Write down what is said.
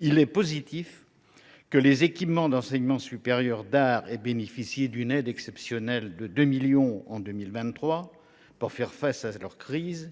il est positif que les équipements d’enseignement supérieur d’art aient bénéficié d’une aide exceptionnelle de 2 millions d’euros en 2023 pour faire face à la crise